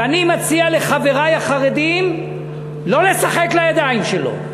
ואני מציע לחברי החרדים לא לשחק לידיים שלו.